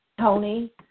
Tony